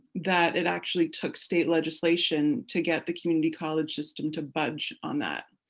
that it actually took state legislation to get the community college system to budge on that.